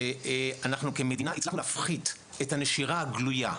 שאנחנו כמדינה הצלחנו להפחית את הנשירה הגלויה,